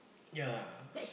ya